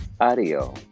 audio